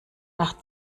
nach